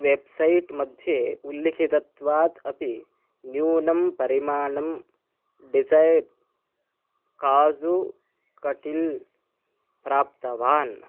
website मध्ये उल्लिखितत्वात् अपि न्यूनं परिमाणं बिज़ैब् काज़ु कटिल् प्राप्तवान्